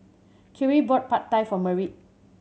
Khiry bought Pad Thai for Merritt